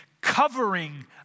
covering